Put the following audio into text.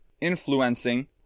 influencing